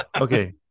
Okay